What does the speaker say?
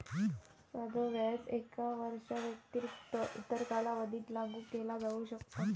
साधो व्याज एका वर्षाव्यतिरिक्त इतर कालावधीत लागू केला जाऊ शकता